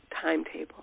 timetable